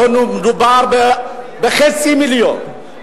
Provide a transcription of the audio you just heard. לא מדובר בחצי מיליון,